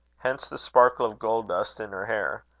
hence the sparkle of gold-dust in her hair.